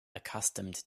accustomed